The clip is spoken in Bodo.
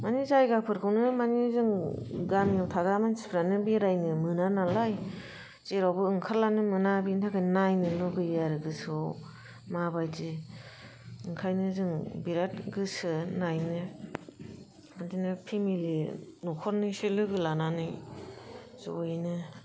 माने जायगाफोरखौनो माने जों गामियाव थाग्रा मानसिफ्रानो बेरायनो मोना नालाय जेरावबो ओंखारलानो मोना बेनि थाखायनो नायनो लुबैयो आरो गोसोयाव माबादि ओंखायनो जों बिराथ गोसो नायनो बिदिनो फेमिलि न'खरनैसो लोगो लानानै ज'यैनो